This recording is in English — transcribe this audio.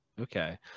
Okay